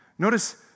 Notice